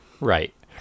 Right